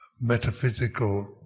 metaphysical